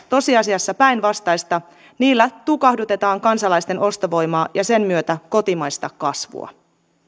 tosiasiassa päinvastaista niillä tukahdutetaan kansalaisten ostovoimaa ja sen myötä kotimaista kasvua